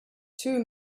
two